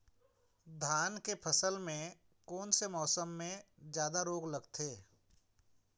धान के फसल मे कोन से मौसम मे जादा रोग लगथे?